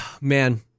man